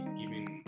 giving